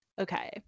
okay